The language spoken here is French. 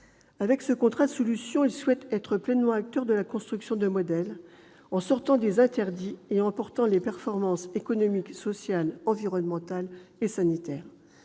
Avec ce « contrat de solutions », ils souhaitent être pleinement acteurs de la construction de modèles en sortant des interdits et en portant les performances économique, sociale, environnementale et sanitaire.